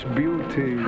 beauty